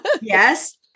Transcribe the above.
Yes